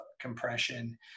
compression